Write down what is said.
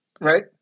right